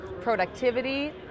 productivity